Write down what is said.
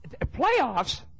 Playoffs